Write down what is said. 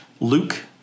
Luke